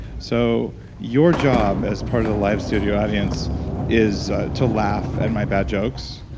so your job, as part of the live studio audience is to laugh at my bad jokes,